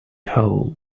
hole